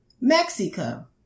Mexico